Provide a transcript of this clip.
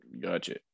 Gotcha